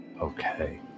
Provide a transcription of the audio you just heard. Okay